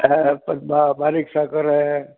हा पण बा बारीक साखर आहे